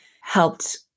helped